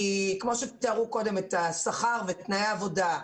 כמו שתיארו קודם את השכר ואת תנאי העבודה,